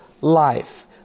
life